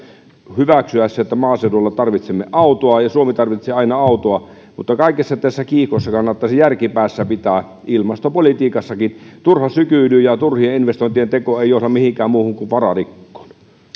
hyväksyä se että maaseudulla tarvitsemme autoa ja suomi tarvitsee aina autoja mutta kaikessa tässä kiihkossa kannattaisi järki päässä pitää ilmastopolitiikassakin turha sykyily ja turhien investointien teko ei johda mihinkään muuhun kuin vararikkoon